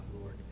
lord